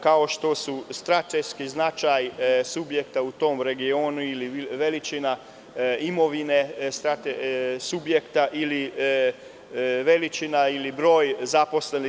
kao što su strateški značaj subjekta u tom regionu ili veličina imovine subjekta, ili veličina i broj zaposlenih.